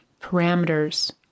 parameters